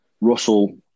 Russell